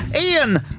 Ian